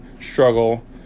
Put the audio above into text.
struggle